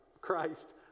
Christ